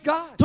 God